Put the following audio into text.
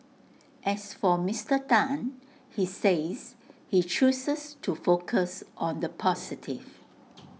as for Mister Tan he says he chooses to focus on the positive